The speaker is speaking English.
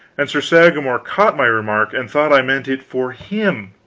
and sir sagramor caught my remark and thought i meant it for him.